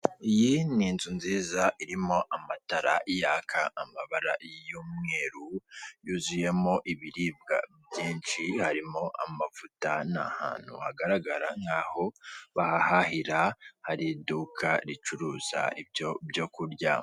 Iyi ni inzu nziza irimo amatara yaka amabara y'umweru yuzuyemo ibiribwa byinshi harimo amavuta n'ahantu hagaragara nk'aho bahahira, hari iduka ricuruza ibyo byo kurya.